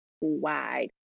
wide